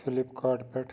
فِلِپ کاٹ پٮ۪ٹھ